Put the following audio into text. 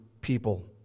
people